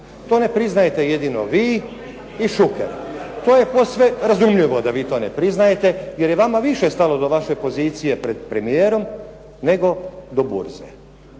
To ne priznajete jedino vi i Šuker. to je posve razumljivo da to ne priznajete, jer je vama više stalo do vaše pozicije pred premijerom, nego do burze